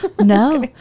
No